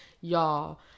Y'all